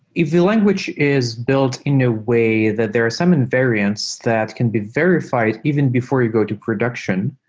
if the language is built in a way that there's some invariance that can be verifi ed even before you go to production,